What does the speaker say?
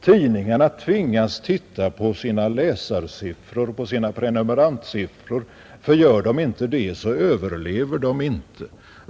Tidningarna tvingas titta på sina läsarsiffror, på sina prenumerantsiffror, ty gör de inte det så överlever de inte.